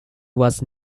was